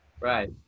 right